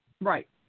Right